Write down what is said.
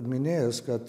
minėjęs kad